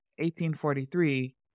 1843